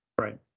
Right